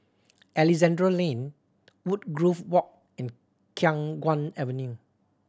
Alexandra Lane Woodgrove Walk and Khiang Guan Avenue